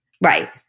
right